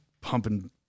pumping